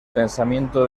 pensamiento